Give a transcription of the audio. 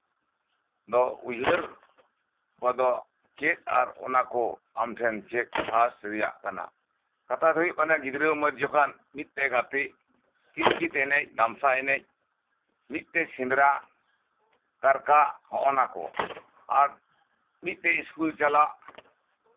ᱩᱭᱦᱟᱹᱨ ᱠᱚᱫᱚ ᱪᱮᱫ ᱟᱨ ᱚᱱᱟ ᱠᱚ ᱟᱢ ᱴᱷᱮᱱ ᱠᱷᱟᱥ ᱨᱮᱭᱟᱜ ᱠᱟᱱᱟ ᱠᱟᱛᱷᱟ ᱫᱚ ᱦᱩᱭᱩᱜ ᱠᱟᱱᱟ ᱜᱤᱫᱽᱨᱟᱹ ᱩᱢᱮᱨ ᱡᱚᱠᱷᱚᱱ ᱢᱤᱫᱛᱮ ᱜᱟᱛᱮ ᱠᱤᱛ ᱠᱤᱛ ᱮᱱᱮᱡ ᱢᱤᱫᱛᱮ ᱥᱮᱸᱫᱽᱨᱟ ᱠᱟᱨᱠᱟ ᱱᱚᱜᱼᱟ ᱠᱚ ᱟᱨ ᱢᱤᱫᱛᱮ ᱤᱥᱠᱩᱞ ᱪᱟᱞᱟᱜ